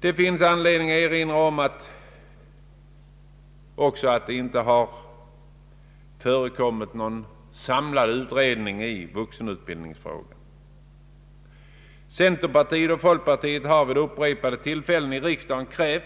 Det finns anledning erinra om att det inte har förekommit någon samlad utredning av vuxenutbildningsfrågan. Centerpartiet och folkpartiet har vid upprepade tillfällen i riksdagen ställt